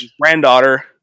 granddaughter